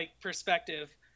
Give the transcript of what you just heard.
perspective